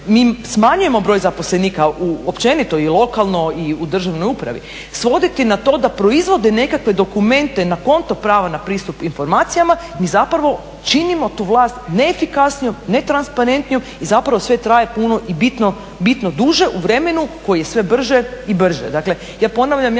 mi smanjujemo broj zaposlenika u općenito i lokalno, i u državnoj upravi, svoditi na to da proizvode nekakve dokumente na kontro prava na pristup informacijama. Mi zapravo činimo tu vlast neefikasnijom, ne transparentnom i zapravo sve traje puno i bitno duže u vremenu koje je sve brže i brže.